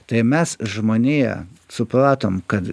tai mes žmonija supratom kad